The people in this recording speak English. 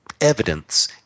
evidence